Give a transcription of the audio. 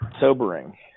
sobering